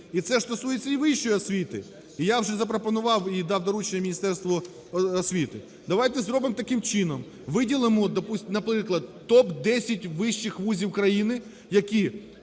І це ж стосується і вищої освіти. І я вже запропонував, і дав доручення Міністерству освіти. Давайте зробимо таким чином, виділимо, наприклад, топ-10 вищих вузів країни, які